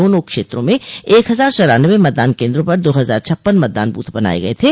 दोनों क्षेत्रों म एक हजार चौरानवे मतदान केन्द्रों पर दो हजार छप्पन मतदान ब्रथ बनाये गये थे